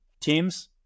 teams